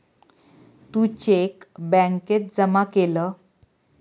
तू cheque बॅन्केत जमा केलं?